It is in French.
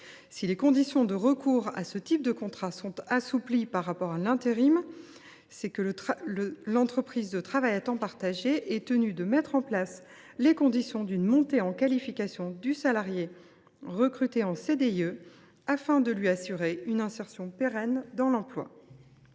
Si les conditions de recours à ce type de contrat sont assouplies par rapport à l’intérim, c’est que l’entreprise de travail à temps partagé (ETTP) est tenue de mettre en place les conditions d’une montée en qualification du salarié recruté en CDIE afin de lui assurer une insertion pérenne dans l’emploi.